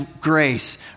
grace